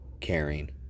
caring